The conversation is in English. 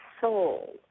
soul